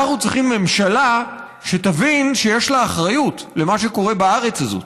אנחנו צריכים ממשלה שתבין שיש לה אחריות למה שקורה בארץ הזאת,